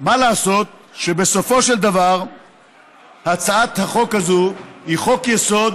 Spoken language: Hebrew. מה לעשות שבסופו של דבר הצעת החוק הזאת היא חוק-יסוד,